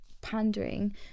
pandering